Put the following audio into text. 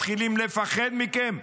מתחילים לפחד מכם?